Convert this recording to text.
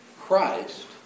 Christ